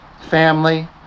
family